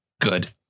good